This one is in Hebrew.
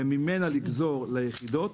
וממנה לגזור ליחידות.